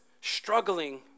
struggling